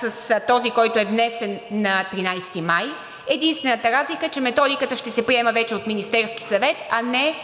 с този, който е внесен на 13 май. Единствената разлика е, че Методиката ще се приема вече от Министерския съвет, а не